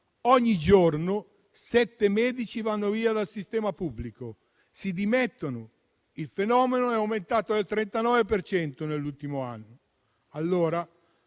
ogni giorno sette medici vanno via dal sistema pubblico, si dimettono. Il fenomeno è aumentato del 39 per cento nell'ultimo anno.